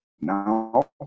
now